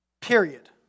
Period